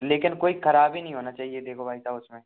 लेकिन कोई ख़राबी नहीं होना चाहिए देखाे भाई साहब उसमें